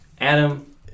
Adam